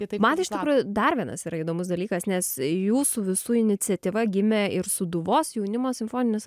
man iš tikrųjų darvienas yra įdomus dalykas nes jūsų visų iniciatyva gimė ir sūduvos jaunimo simfoninis